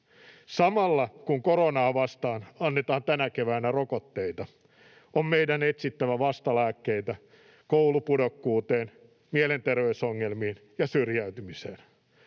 Samalla kun koronaa vastaan annetaan tänä keväänä rokotteita, on meidän etsittävä vastalääkkeitä koulupudokkuuteen, mielenterveysongelmiin ja syrjäytymiseen.